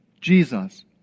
Jesus